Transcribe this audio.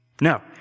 no